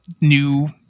new